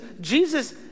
Jesus